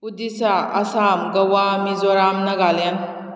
Odisha Assam Goa Mizoram Nagaland